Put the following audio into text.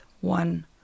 one